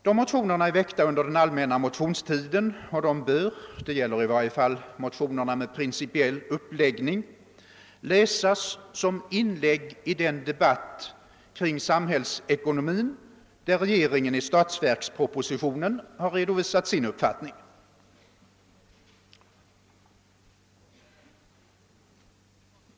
De motionerna är väckta under den all männa motionstiden och de bör — detta gäller i varje fall motionerna med principiell uppläggning — läsas som inlägg i den debatt kring samhällsekonomin där regeringen i statsverkspropositionen har redovisat sin uppfattning.